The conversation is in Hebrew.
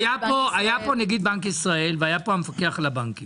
היו פה נגיד בנק ישראל והמפקח על הבנקים,